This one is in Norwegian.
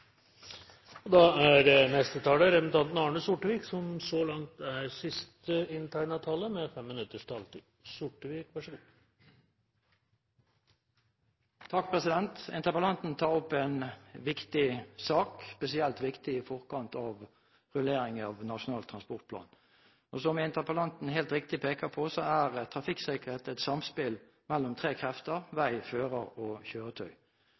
Interpellanten tar opp en viktig sak – spesielt viktig i forkant av rulleringen av Nasjonal transportplan. Som interpellanten helt riktig peker på, er trafikksikkerhet et samspill mellom tre krefter: vei, fører og kjøretøy.